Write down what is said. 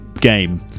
game